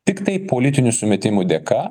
tiktai politinių sumetimų dėka